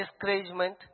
discouragement